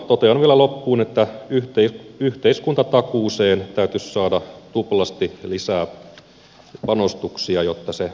totean vielä loppuun että yhteiskuntatakuuseen täytyisi saada tuplasti lisää panostuksia jotta se pystyttäisiin toteuttamaan